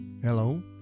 Hello